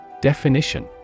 Definition